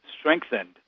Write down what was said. strengthened